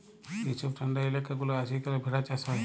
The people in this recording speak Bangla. যে ছব ঠাল্ডা ইলাকা গুলা আছে সেখালে ভেড়া চাষ হ্যয়